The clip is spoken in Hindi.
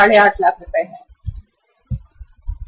850 लाख रुपए बचे